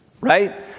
right